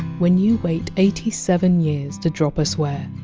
when you wait eighty seven years to drop a swear,